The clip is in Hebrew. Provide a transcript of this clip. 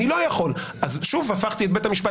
אני לא יכול ואז שוב הפכתי את בית המשפט